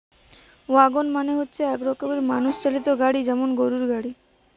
wagon মানে হচ্ছে এক রকমের মানুষ চালিত গাড়ি যেমন গরুর গাড়ি